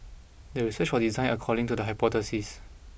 the research was designed according to the hypothesis